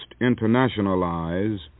internationalize